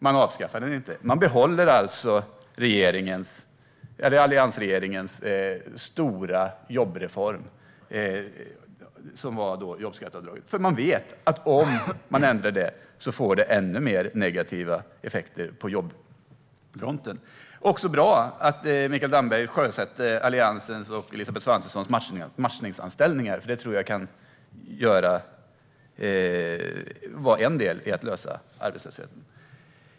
Man avskaffar den inte. Man behåller alltså alliansregeringens stora jobbreform, jobbskatteavdraget, för man vet att det blir ännu mer negativa effekter på jobbfronten annars. Det är också bra att Mikael Damberg sjösätter Alliansens och Elisabeth Svantessons matchningsanställningar. Det tror jag kan vara en del av lösningen på problemet med arbetslösheten.